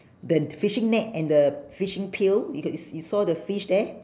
the th~ fishing net and the fishing pail you c~ you saw the fish there